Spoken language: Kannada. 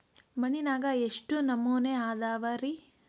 ಮಣ್ಣಿನಾಗ ಎಷ್ಟು ನಮೂನೆ ಅದಾವ ರಿ?